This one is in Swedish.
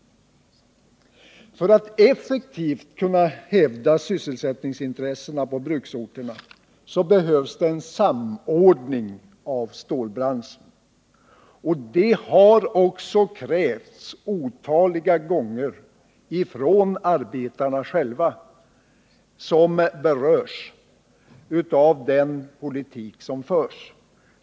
För att effektivt kunna hävda sysselsättningsintressena på bruksorterna behövs en samordning av stålbranschen. Detta har också krävts otaliga gånger av dem som berörs av den politik som förs.